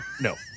No